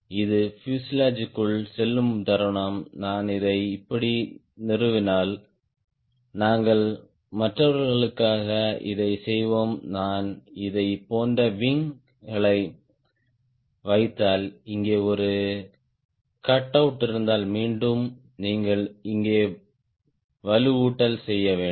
இது பியூசேலாஜ் குள் செல்லும் தருணம் நான் இதை இப்படி நிறுவினால் நாங்கள் மற்றவர்களுக்காக இதைச் செய்வோம் நான் இதைப் போன்ற விங் களை வைத்தால் இங்கே ஒரு கட்அவுட் இருந்தால் மீண்டும் நீங்கள் இங்கே வலுவூட்டல் செய்ய வேண்டும்